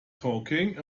talking